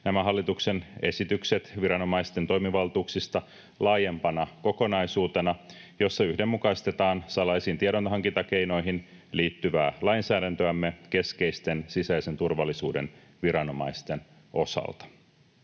nämä hallituksen esitykset viranomaisten toimivaltuuksista laajempana kokonaisuutena, jossa yhdenmukaistetaan salaisiin tiedonhankintakeinoihin liittyvää lainsäädäntöämme keskeisten sisäisen turvallisuuden viranomaisten osalta.